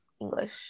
English